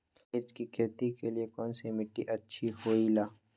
मिर्च की खेती के लिए कौन सी मिट्टी अच्छी होईला?